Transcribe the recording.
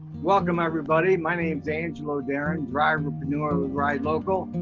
welcome, everybody. my name's angelo darin, driverpreneur with ride local.